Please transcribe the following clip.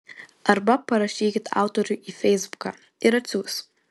arba parašykit autoriui į feisbuką ir atsiųs